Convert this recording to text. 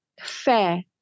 fair